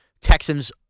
Texans